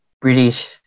British